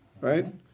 Right